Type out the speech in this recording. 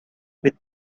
with